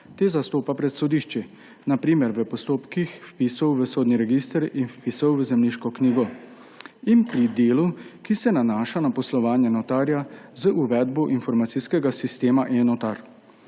te zastopa pred sodišči, na primer v postopkih vpisov v sodni register in vpisov v Zemljiško knjigo, in pri delu, ki se nanaša na poslovanje notarja z uvedbo informacijskega sistema eNotar.